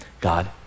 God